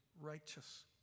righteous